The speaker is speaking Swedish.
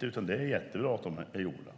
utan det är jättebra att de är gjorda.